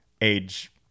age